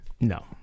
No